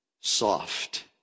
soft